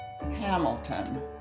Hamilton